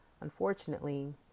Unfortunately